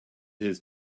his